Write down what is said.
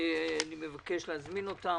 ואני מבקש להזמין אותם,